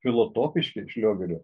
folotopiški šliogerio